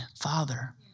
Father